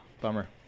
Bummer